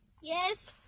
Yes